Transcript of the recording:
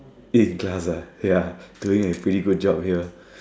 eat in class ah ya doing a pretty good job here